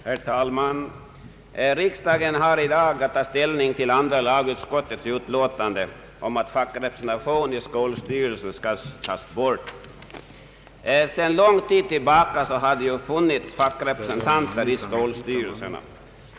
Herr talman! Riksdagen har i dag att ta ställning till andra lagutskottets utlåtande om att fackrepresentationen i skolstyrelserna skall tas bort. Sedan lång tid tillbaka har det funnits fackrepresentanter i skolstyrelserna.